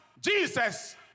Jesus